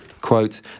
Quote